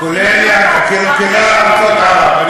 כולל ארצות ערב.